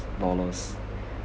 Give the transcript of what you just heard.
dollars